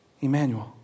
Emmanuel